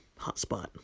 hotspot